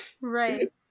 Right